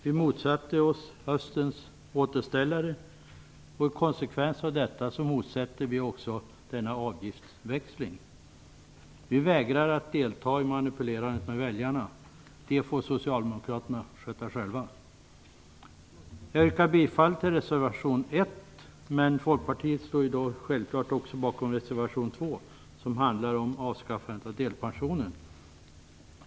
Vi motsatte oss höstens återställare, och i konsekvens med detta motsätter vi oss också denna avgiftsväxling. Vi vägrar att delta i manipulerandet med väljarna - det får Socialdemokraterna sköta själva. Jag yrkar bifall till reservation 1, men Folkpartiet står självklart också bakom reservation 2, som handlar om avskaffandet av delpensionen.